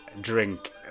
drink